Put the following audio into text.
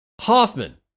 Hoffman